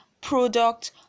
product